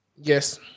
Yes